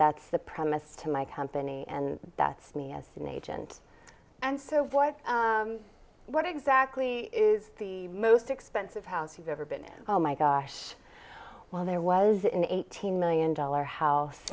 that's the premise to my company and that's me as an agent and so what exactly is the most expensive house you've ever been in oh my gosh well there was an eighteen million dollar house